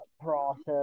process